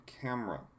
camera